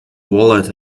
wallet